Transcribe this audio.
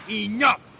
enough